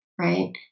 Right